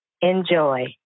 enjoy